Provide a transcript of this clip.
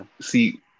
see